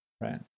right